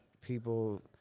people